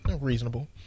reasonable